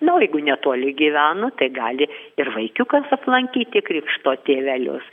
na o jeigu netoli gyvena tai gali ir vaikiukas aplankyti krikšto tėvelius